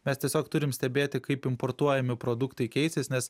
mes tiesiog turim stebėti kaip importuojami produktai keisis nes